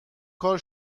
کار